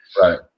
Right